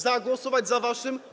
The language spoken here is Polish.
Zagłosować za waszym?